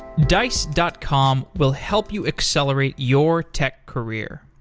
dice dot com will help you accelerate your tech career.